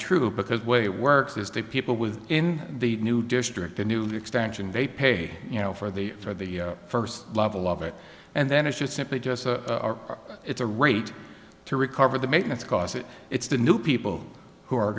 true because way it works is they people with in the new district a new extension of a pay you know for the for the first level of it and then it's just simply just it's a rate to recover the maintenance cost it it's the new people who are